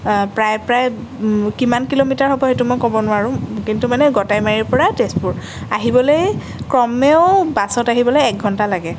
প্ৰায় প্ৰায় কিমান কিলোমিটাৰ হ'ব সেইটো মই ক'ব নোৱাৰোঁ কিন্তু মানে গটাইমাৰিৰ পৰা তেজপুৰ আহিবলৈই কমেও বাছত আহিবলৈ এক ঘণ্টা লাগে